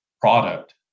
product